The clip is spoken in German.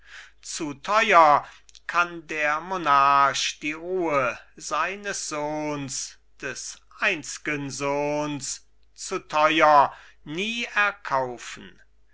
zu teuer kann der monarch die ruhe seines sohns des einzgen sohns zu teuer nie erkaufen